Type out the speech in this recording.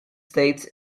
states